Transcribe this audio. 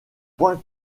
point